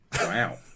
Wow